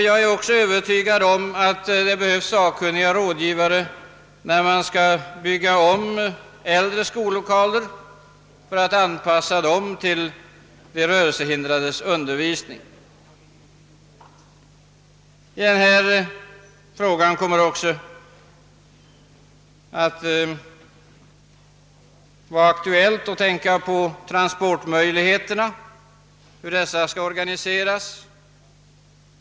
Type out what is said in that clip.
Jag är också övertygad om att det behövs sakkunniga rådgivare då äldre skollokaler vid ombyggnad skall anpassas för de rörelsehindrades undervisning. I detta sammranhang är det även aktuellt att tänka på hur transporterna av de rörelsehindrade skall organiseras.